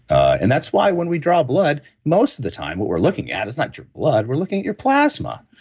and that's why when we draw blood, most of the time what we're looking at is not your blood, we're looking at your plasma.